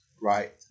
right